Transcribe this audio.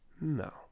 No